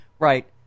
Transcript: right